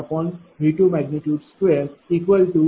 01115122। 0